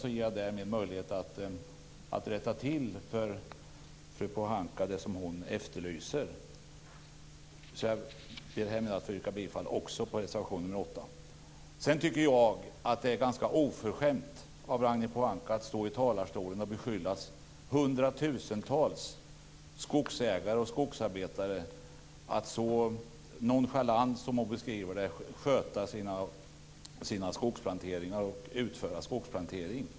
Därmed ger jag möjlighet för fru Pohanka att rätta till det som hon efterlyser. Jag ber alltså härmed om att få yrka bifall också till reservation nr 8. Sedan tycker jag att det är ganska oförskämt av Ragnhild Pohanka att stå i talarstolen och beskylla hundratusentals skogsägare och skogsarbetare för att så nonchalant som hon beskriver det sköta sina skogsplanteringar och utföra skogsplantering.